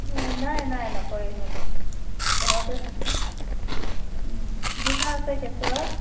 নাই নাই নকৰে সিহঁতে ঘৰতে থাকে দুটা আছে কেঁচুৱা